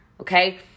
Okay